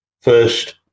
first